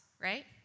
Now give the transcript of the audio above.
right